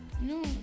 No